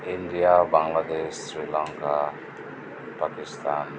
India Bangladesh Sri Lanka Pakistan